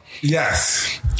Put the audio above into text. Yes